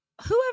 whoever